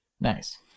Nice